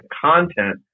content